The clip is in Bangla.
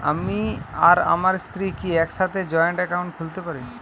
আমি আর আমার স্ত্রী কি একসাথে জয়েন্ট অ্যাকাউন্ট খুলতে পারি?